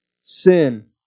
sin